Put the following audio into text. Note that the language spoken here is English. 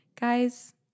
Guys